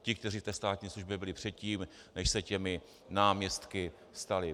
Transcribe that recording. Ti, kteří v té státní službě byli předtím, než se těmi náměstci stali.